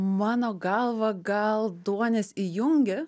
mano galvą gal duonis įjungė